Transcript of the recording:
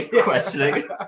Questioning